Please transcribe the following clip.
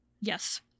Yes